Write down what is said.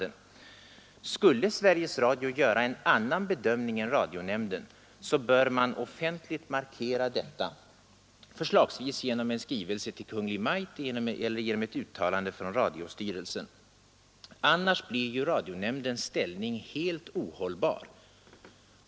Skulle Sveriges Radio göra en annan bedömning än radionämnden bör man offentligt markera detta, förslagsvis genom en skrivelse till Kungl. Maj:t eller genom ett uttalande från radiochefen eller radiostyrelsen. Annars blir radionämndens ställning helt ohållbar.